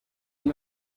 iki